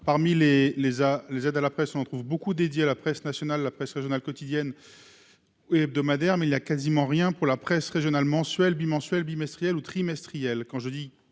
ah les aides à la presse, on trouve beaucoup dédié à la presse nationale, la presse régionale, quotidienne et hebdomadaire, mais il y a quasiment rien pour la presse régionale mensuelle, bimensuelle bimestriel ou trimestriel